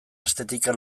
estetika